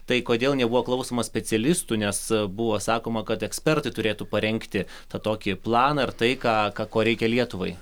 tai kodėl nebuvo klausoma specialistų nes buvo sakoma kad ekspertai turėtų parengti tą tokį planą ir tai ką ką ko reikia lietuvai